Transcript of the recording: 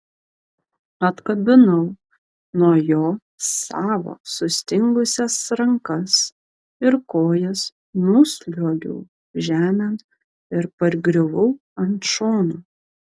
atkabinau nuo jo savo sustingusias rankas ir kojas nusliuogiau žemėn ir pargriuvau ant šono